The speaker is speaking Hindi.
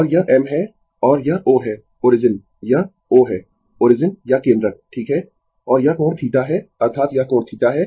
Refer Slide Time 0548 और यह M है और यह O है ओरिजिन यह O है ओरिजिन या केंद्रक ठीक है और यह कोण θ है अर्थात यह कोण θ है